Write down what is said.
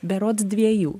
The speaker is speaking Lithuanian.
berods dviejų